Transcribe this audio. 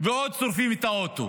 ועוד שורפים את האוטו.